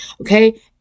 Okay